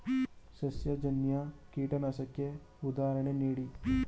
ಸಸ್ಯಜನ್ಯ ಕೀಟನಾಶಕಕ್ಕೆ ಉದಾಹರಣೆ ನೀಡಿ?